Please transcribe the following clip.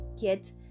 get